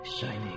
shining